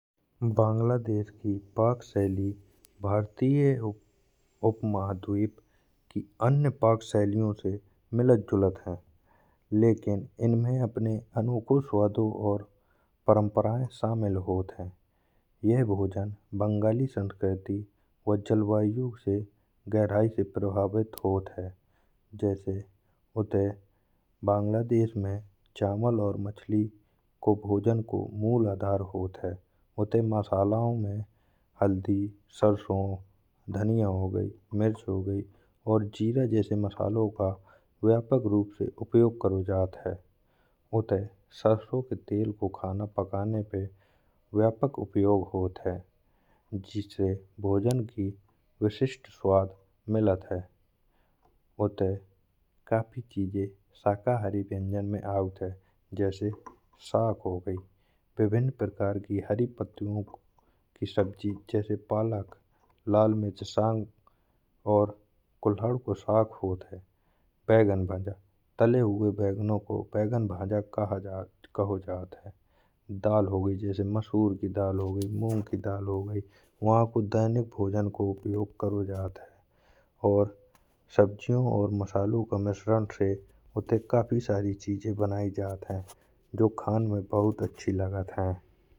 बांग्लादेश की पाक शैली भारतीय उपमहाद्वीप की अन्य पाक शैलियों से मिलत जुलत है। लेकिन इनमें अपने अनुकूल स्वादों और परंपराएं शामिल होत हैं। यह भोजन बंगाली संस्कृति व जलवायु से गहराई से प्रभावित होत है। जैसे उत बांग्लादेश में चावल और मछली को भोजन को मूल आधार होत है। मसालों में हल्दी सरसों धनिया हो गई मिर्च हो गई और जीरे जैसे मसालों का व्यापक रूप से उपयोग कर होत है। उत सरसों के तेल को खाना पकाने पे व्यापक उपयोग होत है। जिससे भोजन की विशिष्ट स्वाद मिलत है। उत काफी चीजें शाकाहारी व्यंजन में आऊत जैसे साग हो गई। विभिन्न प्रकार की हरी पत्तियों की सब्जी जैसे पालक लाल मिर्च संग और कुल्हड़ कोशाक होत है। बैंगन भजा तले हुए बैंगनों को बैंगन भजा कहत है। दाल हो गई जैसे मशहूर की दाल मूंग की दाल हो गई वहाँ को दैनिक को उपयोग कर होत है। और सब्जियों और मसालों का मिश्रण से उत काफी सारी चीजें बनाए जात हैं जो खाने में बहुत अच्छी लगत हैं।